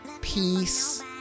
peace